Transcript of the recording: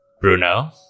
Bruno